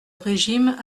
régime